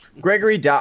Gregory